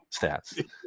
stats